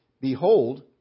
Behold